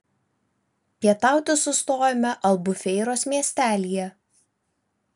pietauti sustojome albufeiros miestelyje